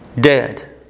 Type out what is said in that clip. dead